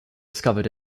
discovered